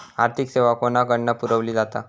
आर्थिक सेवा कोणाकडन पुरविली जाता?